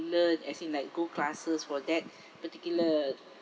learn as in like go classes for that particular